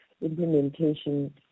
implementation